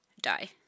die